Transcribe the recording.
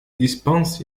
dispense